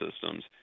systems